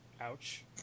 Ouch